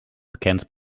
bekend